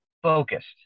Focused